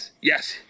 yes